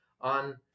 on